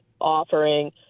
offering